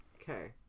okay